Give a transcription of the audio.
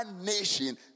nation